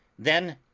then,